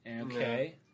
Okay